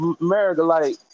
America-like